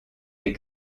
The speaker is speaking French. les